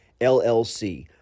LLC